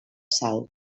sal